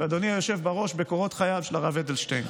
ואדוני היושב בראש, בקורות חייו של הרב אדלשטיין